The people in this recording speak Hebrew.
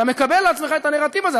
אתה מקבל על עצמך את הנרטיב הזה.